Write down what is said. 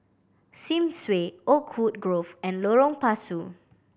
Sims Way Oakwood Grove and Lorong Pasu